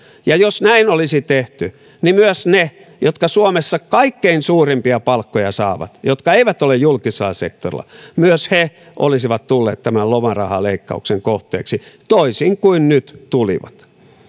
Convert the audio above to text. ja jos näin olisi tehty niin myös ne jotka suomessa kaikkein suurimpia palkkoja saavat jotka eivät ole julkisella sektorilla olisivat tulleet tämän lomarahaleikkauksen kohteeksi toisin kuin nyt tulivat